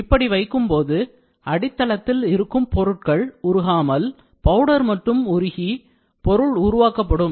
இப்படி வைக்கும் போது அடித்தளத்தில் இருக்கும் பொருள்கள் உருகாமல் பவுடர் மட்டும் உருகி பொருள் உருவாக்கப்படும்